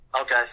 Okay